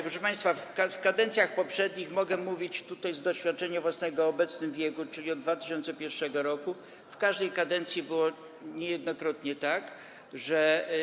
Proszę państwa, w kadencjach poprzednich - mogę mówić tutaj z własnego doświadczenia - w obecnym wieku, czyli od 2001 r., w każdej kadencji było niejednokrotnie tak, że.